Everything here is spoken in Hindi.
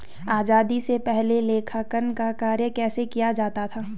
आजादी से पहले लेखांकन का कार्य कैसे किया जाता था?